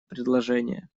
предложения